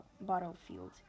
battlefield